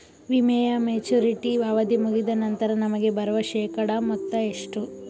ವಿಮೆಯ ಮೆಚುರಿಟಿ ಅವಧಿ ಮುಗಿದ ನಂತರ ನಮಗೆ ಬರುವ ಶೇಕಡಾ ಮೊತ್ತ ಎಷ್ಟು?